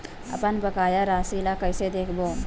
अपन बकाया राशि ला कइसे देखबो?